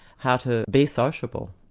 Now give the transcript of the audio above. how to be sociable.